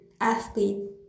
athlete